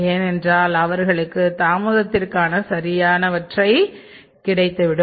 ஏனென்றால் அவர்களுக்கு தாமதத்திற்கான சரியான காரணம் கிடைத்துவிடும்